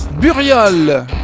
Burial